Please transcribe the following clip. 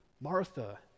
Martha